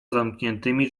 zamkniętymi